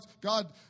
God